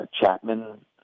Chapman